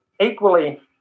equally